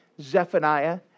Zephaniah